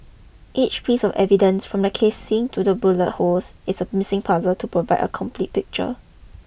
each piece of evidence from the casings to the bullet holes is a missing puzzle to provide a complete picture